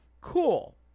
cool